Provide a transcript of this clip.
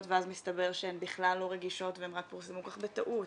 ואז מסתבר שהן בכלל לא רגישות והן רק פורסמו כך בטעות,